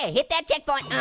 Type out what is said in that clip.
ah hit that checkpoint.